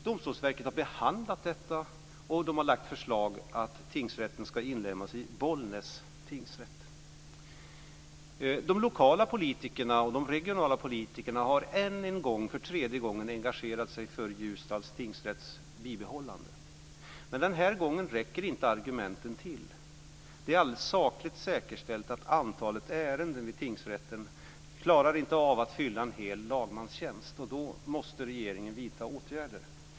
Domstolsverket har behandlat detta och lagt fram förslag om att tingsrätten ska inlemmas i Bollnäs tingsrätt. De lokala och regionala politikerna har än en gång, för tredje gången, engagerat sig för Ljusdals tingsrätts bibehållande. Men den här gången räcker inte argumenten till. Det är sakligt säkerställt att antalet ärenden vid tingsrätten inte klarar av att fylla en hel lagmanstjänst, och då måste regeringen vidta åtgärder.